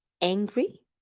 angry